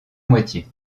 moitié